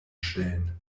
stellen